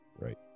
Right